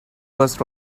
was